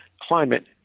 climate